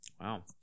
Wow